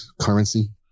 currency